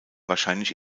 wahrscheinlich